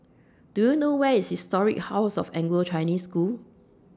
Do YOU know Where IS Historic House of Anglo Chinese School